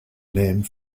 named